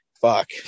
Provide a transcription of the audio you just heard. Fuck